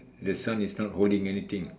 the son is not holding anything